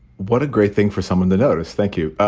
what a great thing for someone to notice. thank you.